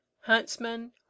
huntsman